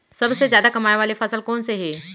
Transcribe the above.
सबसे जादा कमाए वाले फसल कोन से हे?